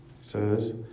says